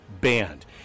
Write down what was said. banned